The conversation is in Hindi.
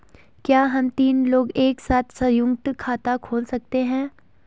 क्या हम तीन लोग एक साथ सयुंक्त खाता खोल सकते हैं?